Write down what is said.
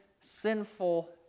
sinful